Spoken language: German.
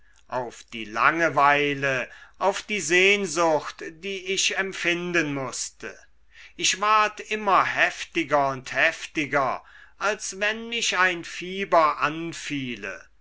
auf die langeweile auf die sehnsucht die ich empfinden mußte ich ward immer heftiger und heftiger als wenn mich ein